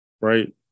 right